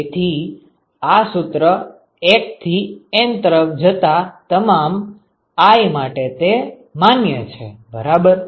તેથી આ સૂત્ર 1 થી N તરફ જતા તમામ i માટે તે માન્ય છે બરાબર